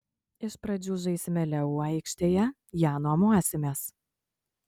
iš pradžių žaisime leu aikštėje ją nuomosimės